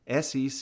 sec